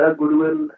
goodwill